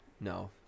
No